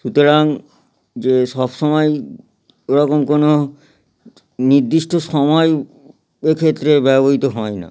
সুতরাং যে সবসময় ওরকম কোনও নির্দিষ্ট সময় এক্ষেত্রে ব্যবহৃত হয় না